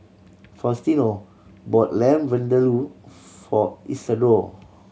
Faustino bought Lamb Vindaloo for Isadore